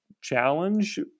challenge